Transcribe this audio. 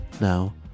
Now